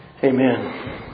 Amen